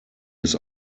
his